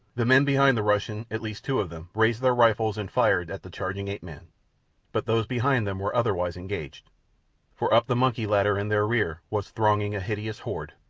the men behind the russian, at least two of them, raised their rifles and fired at the charging ape-man but those behind them were otherwise engaged for up the monkey-ladder in their rear was thronging a hideous horde.